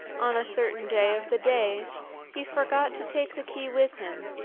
on a certain day of the days he forgot to take the key with him,